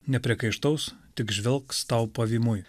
nepriekaištaus tik žvelgs tau pavymui